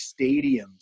stadiums